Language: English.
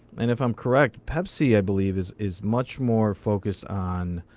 and if i'm correct, pepsi, i believe, is is much more focused on